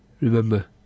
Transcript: Remember